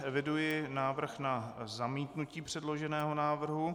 Eviduji návrh na zamítnutí předloženého návrhu.